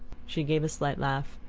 she gave a slight laugh.